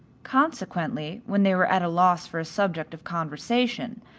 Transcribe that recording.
consequently when they were at a loss for a subject of conversation,